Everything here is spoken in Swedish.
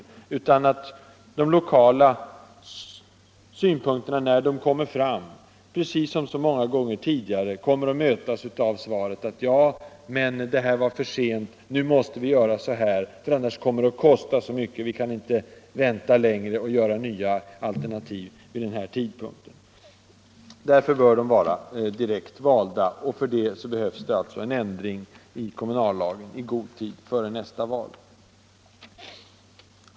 Då kommer de lokala synpunkterna precis som så många gånger tidigare att möta argumentet: ”Det är för sent. Nu måste vi göra så här, för annars kommer det att kosta så mycket. Vi kan inte vänta längre och tänka på nya alternativ vid den här tidpunkten.” Kommundelsråden bör alltså vara direkt valda, och för det behövs en ändring av kommunallagen i god tid före nästa val.